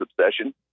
obsession